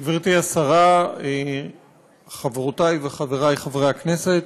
גברתי השרה, חברותי וחברי חברי הכנסת,